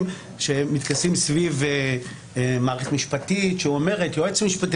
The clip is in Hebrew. שמתכנסים סביב מערכת משפטית שאומרת יועץ משפטי.